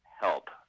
help